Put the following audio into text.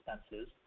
expenses